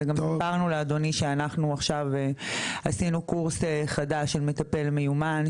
וגם סיפרנו לאדוני שאנחנו עכשיו עשינו קורס חדש של מטפל מיומן,